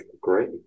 great